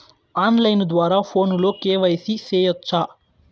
on line ద్వారా ఫోనులో KYC సేయొచ్చా